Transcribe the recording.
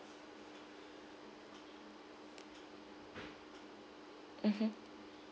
mmhmm